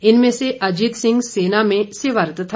इनमें से अजीत सिंह सेना में सेवारत था